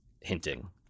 hinting